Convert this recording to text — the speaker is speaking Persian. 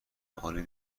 عالی